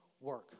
work